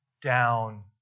down